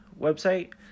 website